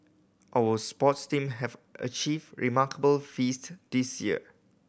our sports team have achieved remarkable feast this year